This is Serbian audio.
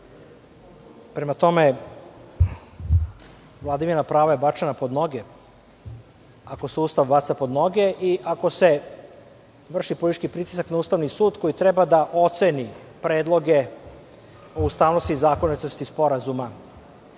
Prema tome, vladavina prava je bačena pod noge ako se Ustav baca pod noge i ako se vrši politički pritisak na Ustavni sud koji treba da oceni predloge o ustavnosti i zakonitosti sporazuma